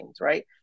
right